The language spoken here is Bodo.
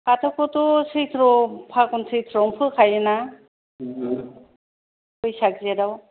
फाथोखौथ' सैत्र फगुन सैत्रआवनो फोखायोना बैसाग जेटआव